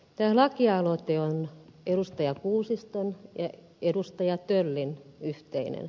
tää lakialoitteellaan edustajat kuusiston edustaja töllin yhteinen